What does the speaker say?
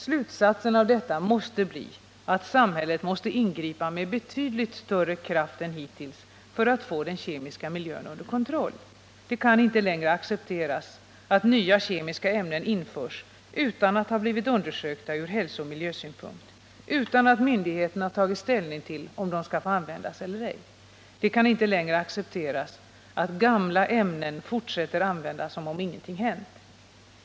Slutsatsen av detta måste bli att samhället måste ingripa med betydligt större kraft än hittills för att få den kemiska miljön under kontroll. Det kan inte längre accepteras att nya kemiska ämnen införs utan att de har undersökts från hälsooch miljösynpunkt, utan att myndigheterna tagit ställning till om de skall få användas eller ej. Det kan inte längre accepteras att man fortsätter att använda gamla ämnen som om ingenting hänt.